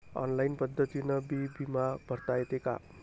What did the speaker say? Online पद्धतीनं बी बिमा भरता येते का?